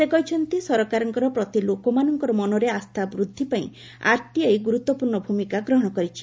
ସେ କହିଛନ୍ତି ସରକାରଙ୍କର ପ୍ରତି ଲୋକମାନଙ୍କର ମନରେ ଆସ୍ଥା ବୃଦ୍ଧି ପାଇଁ ଆର୍ଟିଆଇ ଗୁରୁତ୍ୱପୂର୍ଣ୍ଣ ଭୂମିକା ଗ୍ରହଣ କରିଆସିଛି